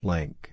Link